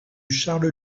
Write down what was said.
charles